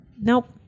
nope